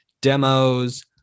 demos